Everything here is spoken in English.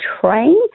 train